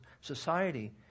society